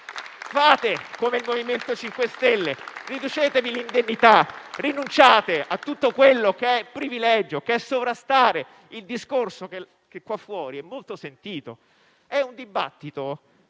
Fate come il MoVimento 5 Stelle: riducetevi le indennità e rinunciate a tutto ciò che è privilegio, che sovrasta il discorso che fuori di qui è molto sentito. È un dibattito